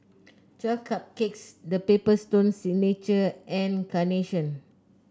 Twelve Cupcakes The Paper Stone Signature and Carnation